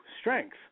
strength